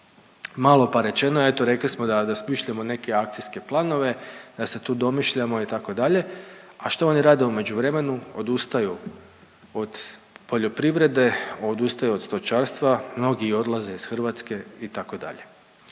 Malo pa rečeno. Eto rekli smo da smišljamo neke akcijske planove, da se tu domišljamo itd. A što oni rade u međuvremenu? Odustaju od poljoprivrede, odustaju od stočarstva, mnogi odlaze iz Hrvatske itd.